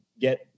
get